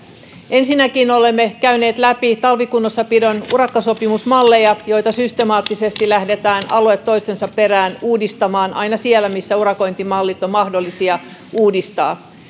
ensinnäkin olemme käyneet läpi talvikunnossapidon urakkasopimusmalleja joita systemaattisesti lähdetään alue toisensa perään uudistamaan aina siellä missä urakointimallit on mahdollista uudistaa